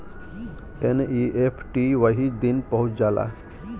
NEFT वही दिन पहुंच जाला